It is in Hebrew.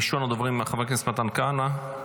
ראשון הדוברים חבר הכנסת מתן כהנא,